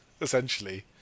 essentially